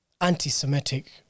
anti-Semitic